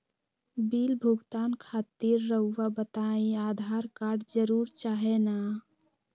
Bill भुगतान खातिर रहुआ बताइं आधार कार्ड जरूर चाहे ना?